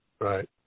Right